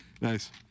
Nice